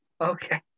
Okay